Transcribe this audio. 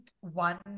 one